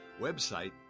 Website